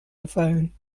gefallen